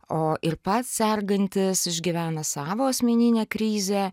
o ir pats sergantis išgyvena savo asmeninę krizę